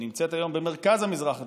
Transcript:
שנמצאת היום במרכז המזרח התיכון,